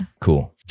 cool